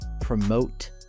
promote